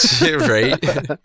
Right